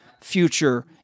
future